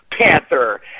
Panther